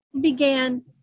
began